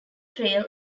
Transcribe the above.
trail